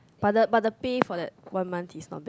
but the but the pay for that one month is not bad